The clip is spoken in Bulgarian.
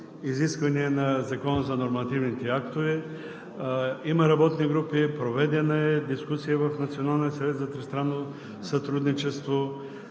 изисквания на Закона за нормативните актове, има работни групи, проведена е дискусия в